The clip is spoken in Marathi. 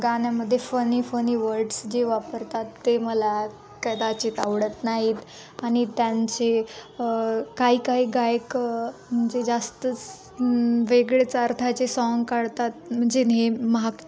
गाण्यामध्ये फनी फनी वर्ड्स जे वापरतात ते मला कदाचित आवडत नाहीत आणि त्यांचे काही काही गायक म्हणजे जास्तच वेगळेच अर्थाचे साँग काढतात म्हणजे नेहमी महाग